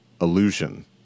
illusion